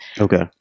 Okay